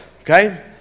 okay